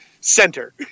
center